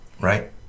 Right